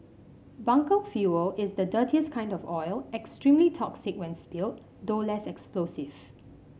bunker fuel is the dirtiest kind of oil extremely toxic when spilled though less explosive